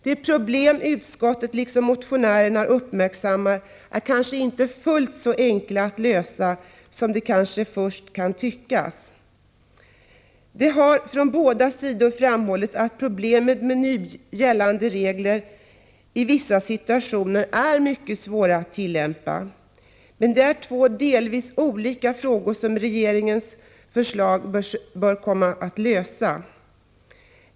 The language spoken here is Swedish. De problem utskottet liksom motionärerna uppmärksammar är kanske inte fullt så enkla att lösa som det först kan tyckas. Det har från båda sidor framhållits att problemet med nu gällande regler är att de i vissa situationer är mycket svåra att tillämpa. Men det är två delvis olika frågor, som regeringens förslag bör söka finna en lösning på.